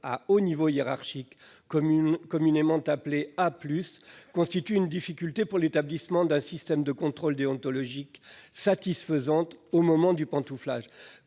à haut niveau hiérarchique, communément appelés A+, constitue une difficulté pour l'établissement d'un système de contrôle déontologique satisfaisant du pantouflage.